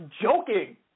joking